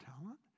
talent